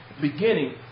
Beginning